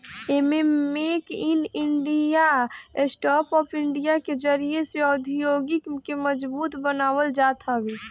एमे make in India, startup India के जरिया से औद्योगिकी के मजबूत बनावल जात हवे